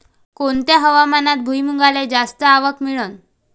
कोनत्या हंगामात भुईमुंगाले जास्त आवक मिळन?